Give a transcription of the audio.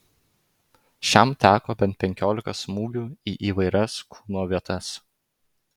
šiam teko bent penkiolika smūgių į įvairias kūno vietas